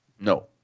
No